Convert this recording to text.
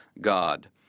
God